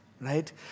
right